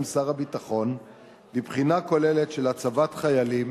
שר הביטחון לבחינה כוללת של הצבת חיילים